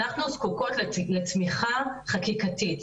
אנחנו זקוקות לתמיכה חקיקתית,